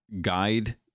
guide